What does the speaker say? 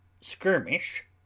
Skirmish